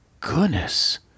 goodness